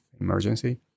emergency